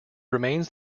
remains